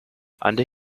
under